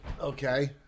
Okay